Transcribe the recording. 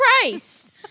Christ